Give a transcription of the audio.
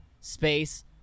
space